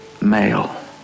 Male